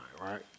right